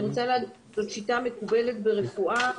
זאת שיטה מקובלת ברפואה.